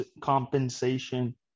compensation